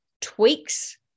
tweaks